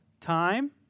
Time